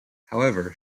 however